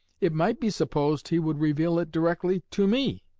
it might be supposed he would reveal it directly to me.